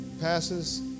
passes